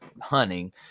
hunting